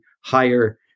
higher